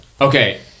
okay